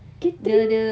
catering